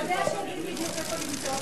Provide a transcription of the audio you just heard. שיודעים בדיוק איפה למצוא אותם,